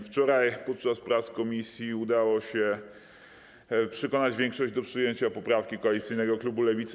Wczoraj podczas prac komisji udało się przekonać większość do przyjęcia poprawki koalicyjnego klubu Lewicy.